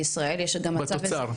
בתוצר.